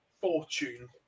fortune